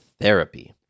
therapy